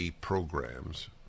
programs